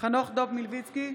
חנוך דב מלביצקי,